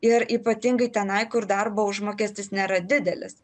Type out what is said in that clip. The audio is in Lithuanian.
ir ypatingai tenai kur darbo užmokestis nėra didelis